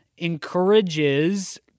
encourages